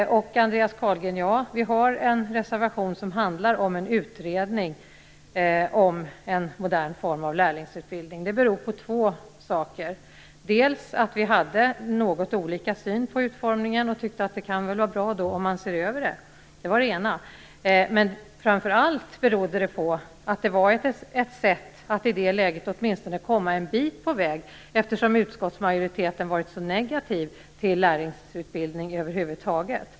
Ja, Andreas Carlgren, vi har en reservation som handlar om en utredning om en modern form av lärlingsutbildning. Det beror på två saker. Vi hade något olika syn på utformningen och tyckte att det kunde vara bra om man såg över detta. Det var det ena. Men framför allt berodde det på att det i det läget var ett sätt att åtminstone komma en bit på väg, eftersom utskottsmajoriteten varit så negativ till lärlingsutbildning över huvud taget.